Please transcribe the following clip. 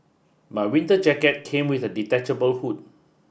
my winter jacket came with a detachable hood